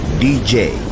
DJ